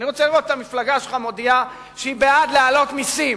אני רוצה לראות את המפלגה שלך מודיעה שהיא בעד להעלות מסים.